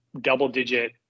double-digit